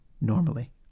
normally